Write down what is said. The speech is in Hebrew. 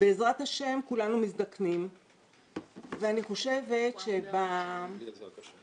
בעזרת ה' כולנו מזדקנים ואני חושבת --- בלי עזרת ה'.